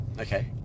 Okay